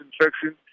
infection